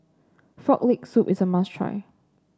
Frog Leg Soup is a must try